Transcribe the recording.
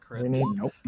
Nope